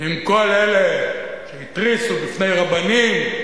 עם כל אלה שהתריסו בפני רבנים,